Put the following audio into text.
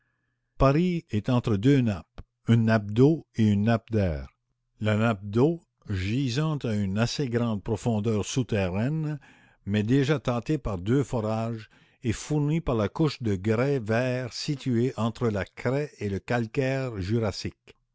paris est entre deux nappes une nappe d'eau et une nappe d'air la nappe d'eau gisante à une assez grande profondeur souterraine mais déjà tâtée par deux forages est fournie par la couche de grès vert située entre la craie et le calcaire jurassique